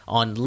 on